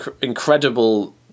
Incredible